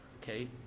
Okay